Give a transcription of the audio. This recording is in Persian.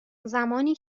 زمانی